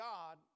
God